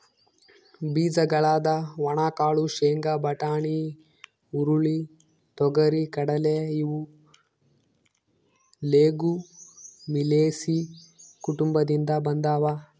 ಬೀಜಗಳಾದ ಒಣಕಾಳು ಶೇಂಗಾ, ಬಟಾಣಿ, ಹುರುಳಿ, ತೊಗರಿ,, ಕಡಲೆ ಇವು ಲೆಗುಮಿಲೇಸಿ ಕುಟುಂಬದಿಂದ ಬಂದಾವ